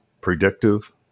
predictive